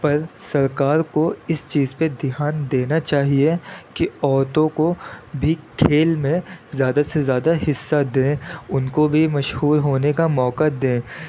پر سرکار کو اس چیز پہ دھیان دینا چاہیے کہ عورتوں کو بھی کھیل میں زیادہ سے زیادہ حصہ دیں ان کو بھی مشہور ہونے کا موقع دیں